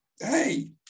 hey